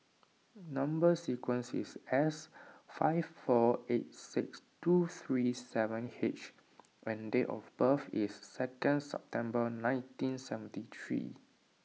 Number Sequence is S five four eight six two three seven H and date of birth is second September nineteen seventy three